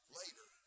later